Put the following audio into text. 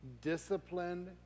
Disciplined